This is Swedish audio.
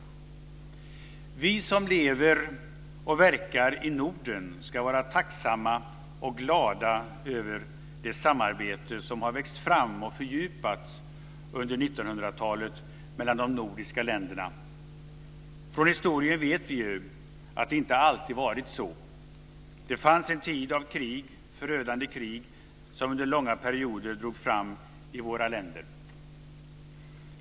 Vi som lever och verkar i Norden ska vara tacksamma och glada över det samarbete som har växt fram och fördjupats under 1900-talet mellan de nordiska länderna. Från historien vet vi att det inte alltid har varit så. Det fanns ju en tid av förödande krig som under långa perioder drog fram i våra länder.